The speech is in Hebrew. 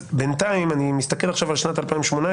אני מקריא מתוך דו"ח הפרקליטות מ-2018: